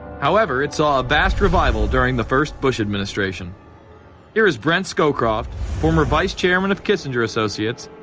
however, it saw a vast revival during the first bush administration. here is brent scowcroft, former vice-chairman of kissinger associates,